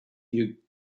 you